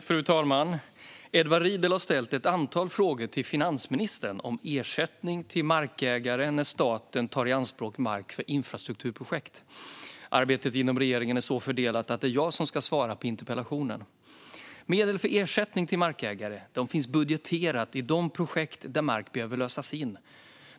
Fru talman! Edward Riedl har ställt ett antal frågor till finansministern om ersättning till markägare när staten tar i anspråk mark för infrastrukturprojekt. Arbetet inom regeringen är så fördelat att det är jag som ska svara på interpellationen. Medel för ersättning till markägare finns budgeterat i de projekt där mark behöver lösas in.